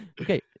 Okay